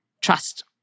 trust